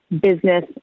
business